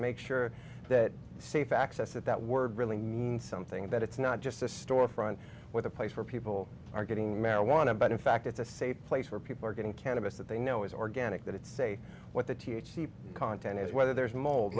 make sure that safe access at that word really means something that it's not just a storefront with a place where people are getting marijuana but in fact it's a safe place where people are getting cannabis that they know is organic that it say what the t h c content is whether there's mold